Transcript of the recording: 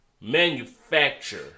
manufacture